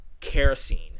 kerosene